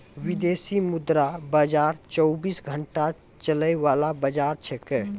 विदेशी मुद्रा बाजार चौबीस घंटा चलय वाला बाजार छेकै